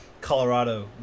Colorado